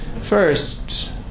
First